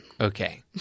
Okay